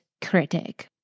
critic